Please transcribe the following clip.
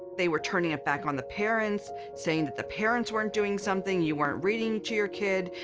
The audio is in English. they were turning it back on the parents saying that the parents weren't doing something you weren't reading to your kid,